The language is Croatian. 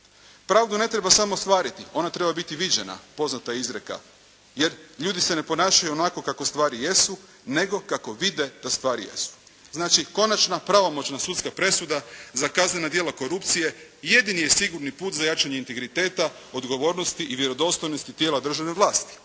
Pravdu ne treba samo ostvariti, ona treba biti viđena, poznata je izreka. Jer ljudi se ne ponašaju onako kako stvari jesu nego kako vide da stvari jesu. Znači konačna pravomoćna sudska presuda za kazneno djelo korupcije jedini je sigurni put za jačanje integriteta, odgovornosti i vjerodostojnosti tijela državne vlasti.